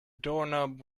doorknob